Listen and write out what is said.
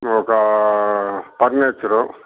ఒక ఫర్నిచరు